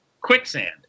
quicksand